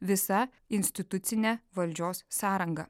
visa institucinė valdžios sąranga